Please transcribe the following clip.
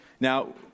Now